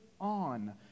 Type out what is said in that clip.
on